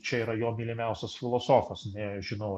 čia yra jo mylimiausias filosofas nežinau